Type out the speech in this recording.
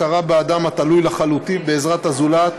הכרה באדם התלוי לחלוטין בעזרת הזולת